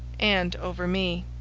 and over me.